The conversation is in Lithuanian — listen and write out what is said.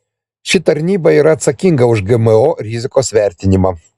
ši tarnyba yra atsakinga už gmo rizikos vertinimą